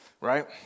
right